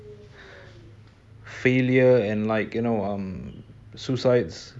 failure and like you know um suicides